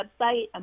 website